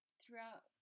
throughout